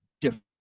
different